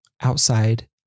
outside